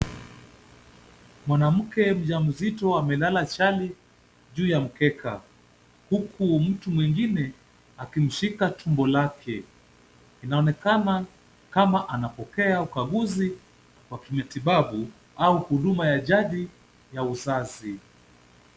Mwanamke mjamzito amelala chali juu ya mkeka, huku mtu mwengine akimshika tumbo lake, inaonekana kama anapokea ukaguzi wa kimatibabu au huduma ya jadi na uzazi.